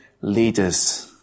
leaders